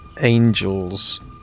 angels